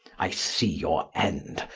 i see your end,